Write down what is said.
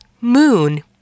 moon